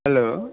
hello